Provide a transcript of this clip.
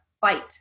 fight